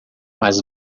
mas